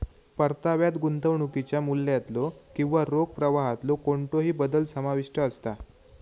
परताव्यात गुंतवणुकीच्या मूल्यातलो किंवा रोख प्रवाहातलो कोणतोही बदल समाविष्ट असता